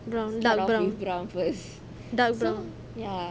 brown dark brown dark brown